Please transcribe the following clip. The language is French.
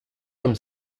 comme